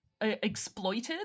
exploited